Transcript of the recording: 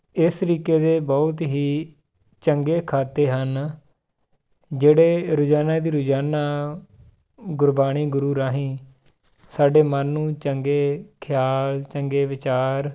ਇਸ ਤਰੀਕੇ ਦੇ ਬਹੁਤ ਹੀ ਚੰਗੇ ਖਾਤੇ ਹਨ ਜਿਹੜੇ ਰੋਜ਼ਾਨਾ ਦੀ ਰੋਜ਼ਾਨਾ ਗੁਰਬਾਣੀ ਗੁਰੂ ਰਾਹੀਂ ਸਾਡੇ ਮਨ ਨੂੰ ਚੰਗੇ ਖਿਆਲ ਚੰਗੇ ਵਿਚਾਰ